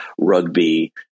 rugby